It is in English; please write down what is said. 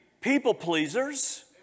people-pleasers